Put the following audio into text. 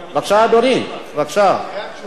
זו תשובה והצבעה בלבד.